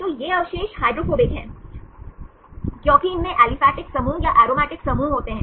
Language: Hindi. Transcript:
तो ये अवशेष हाइड्रोफोबिक हैं क्योंकि इनमें एलीफेटिक समूह या एरोमेटिक समूह होते हैं